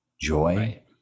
joy